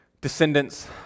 Descendants